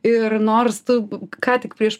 ir nors tu ką tik prieš